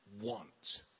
want